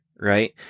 right